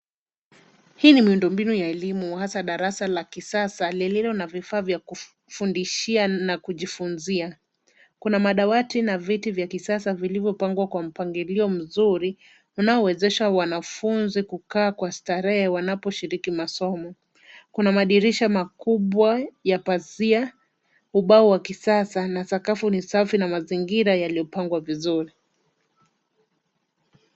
Hii ni miundo mbinu ya elimu hasa darasa la kisasa lililo na vifaa vya kufundishia na kujifunzia. Kuna madawati na viti vya kisasa vilivyopangwa kwa mpangilio mzuri unaowezesha wanafunzi kukaa kwa starehe wanaposhiriki masomo. Kuna madirisha makubwa ya pazia, ubao wa kisasa na sakafu ni safi na mazingira yaliyopangwa vizuri.